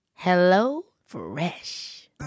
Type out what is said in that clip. HelloFresh